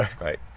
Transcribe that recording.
Right